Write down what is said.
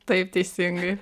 taip teisingai